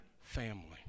family